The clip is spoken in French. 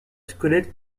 squelette